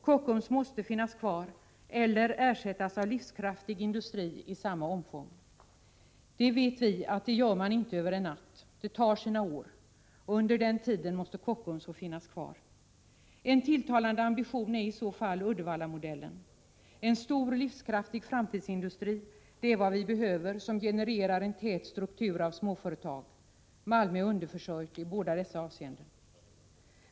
Kockums måste finnas kvar eller ersättas av livskraftig industri med samma omfång. Vi vet att man inte gör det över en natt — det tar sina år, och under den tiden måste Kockums få finnas kvar. En tilltalande ambition är i så fall Uddevallamodellen. En stor livskraftig framtidsindustri som genererar en tät struktur av små företag är vad vi behöver. Malmö är underförsörjt i båda dessa avseenden.